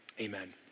amen